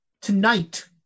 Tonight